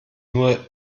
nur